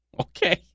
okay